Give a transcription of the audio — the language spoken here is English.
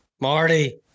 Marty